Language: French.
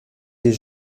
des